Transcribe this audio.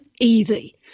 easy